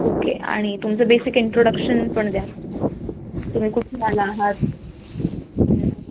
okay आणि तुमचं basic introduction पण द्याल तुम्ही कुठून आला आहात